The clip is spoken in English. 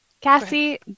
Cassie